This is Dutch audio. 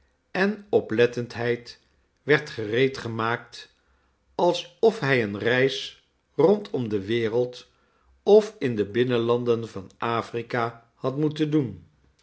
en oplettendheid werd gereed gemaakt alsof hij eene reis rondom de wereld of in de binnenlanden van afrika had moeten doen